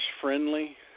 friendly